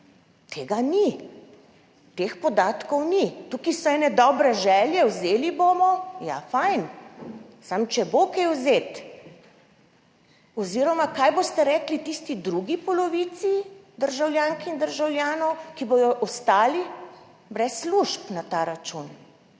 Tega ni, teh podatkov ni. Tukaj so ene dobre želje, vzeli bomo – ja fajn, samo če bo kaj vzeti. Oziroma kaj boste rekli tisti drugi polovici državljank in državljanov, ki bodo ostali brez služb na ta račun?